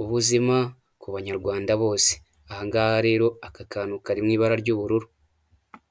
''ubuzima ku banyarwanda bose'' aha ngaha rero aka kantu kari mu ibara ry'ubururu.